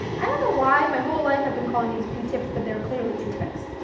i don't know why my whole life, i've been calling these q-tips, but they are clearly toothpicks,